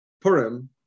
Purim